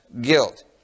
Guilt